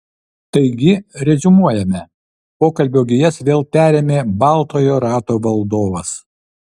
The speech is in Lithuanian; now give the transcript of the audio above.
taigi reziumuojame pokalbio gijas vėl perėmė baltojo rato valdovas